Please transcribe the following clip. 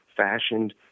fashioned